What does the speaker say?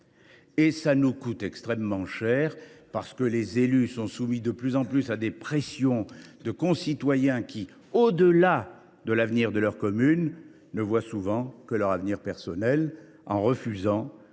Cela nous coûte extrêmement cher, parce que les élus sont de plus en plus soumis à des pressions de la part de concitoyens qui, au delà de l’avenir de leur commune, ne voient souvent que leur avenir personnel, en refusant l’engagement